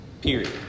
period